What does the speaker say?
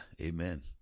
amen